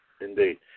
indeed